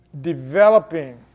developing